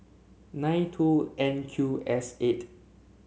nine two N Q S eight